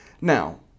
Now